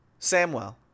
Samwell